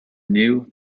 new